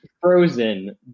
frozen